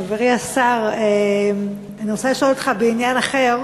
חברי השר, אני רוצה לשאול אותך בעניין אחר,